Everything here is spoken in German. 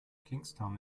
kingstown